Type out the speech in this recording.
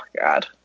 god